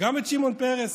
גם את שמעון פרס,